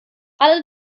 alle